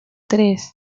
tres